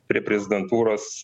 prie prezidentūros